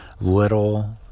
little